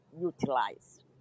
utilized